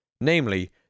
namely